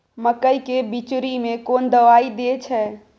मकई के बिचरी में कोन दवाई दे छै?